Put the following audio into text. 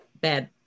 bad